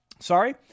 Sorry